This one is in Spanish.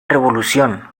revolución